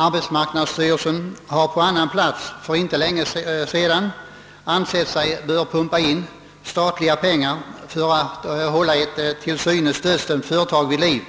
Arbetsmarknadsstyrelsen har när det gäller en annan plats för inte så länge sedan ansett sig böra pumpa in statliga pengar för att hålla ett till synes döds dömt företag vid liv,